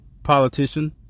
politician